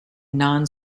non